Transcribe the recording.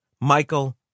Michael